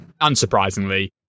unsurprisingly